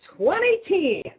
2010